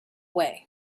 way